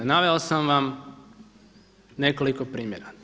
Naveo sam vam nekoliko primjera.